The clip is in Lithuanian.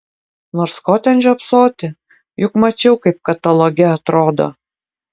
nors ko ten žiopsoti juk mačiau kaip kataloge atrodo